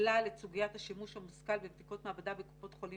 כלל את סוגיית השימוש המושכל בבדיקות מעבדה בקופות חולים